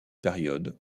période